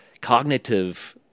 cognitive